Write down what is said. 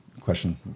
question